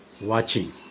watching